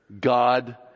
God